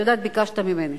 אני יודעת, ביקשת ממני